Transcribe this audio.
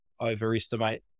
overestimate